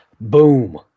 Boom